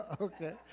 Okay